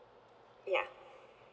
ya